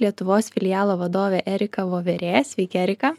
lietuvos filialo vadovė erika voverė sveiki erika